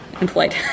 employed